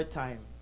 time